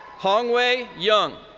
honway young.